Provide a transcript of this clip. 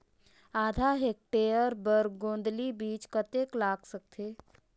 आधा हेक्टेयर बर गोंदली बीच कतेक लाग सकथे?